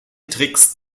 tricks